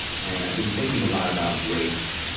and i've been thinking a lot about grace,